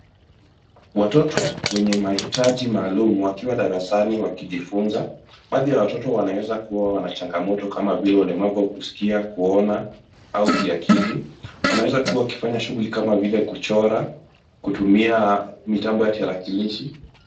Watoto wenye mahitaji maalum wakiwa darasani wakijifunza. Baadhi ya watoto wanaweza kuwa wana changamoto kama vile ulemavu wa kuskia kuona au kiakili. Wanaweza kuwa wakifanya shughuli kama kuchora, kutumia mitambo ya tarakilishi.